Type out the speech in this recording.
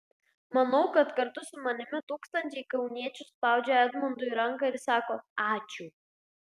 manau kad kartu su manimi tūkstančiai kauniečių spaudžia edmundui ranką ir sako ačiū